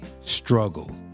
Struggle